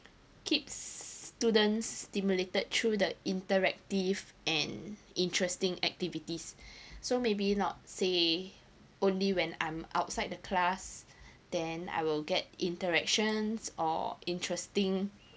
keeps students stimulated through the interactive and interesting activities so maybe not say only when I'm outside the class then I will get interactions or interesting